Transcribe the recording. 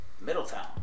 Middletown